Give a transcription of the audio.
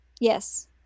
yes